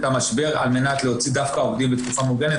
המשבר על מנת להוציא דווקא עובדים בתקופה מוגנת.